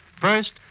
First